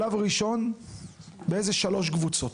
שלב ראשון באיזה שלוש קבוצות.